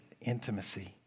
intimacy